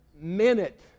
minute